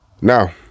Now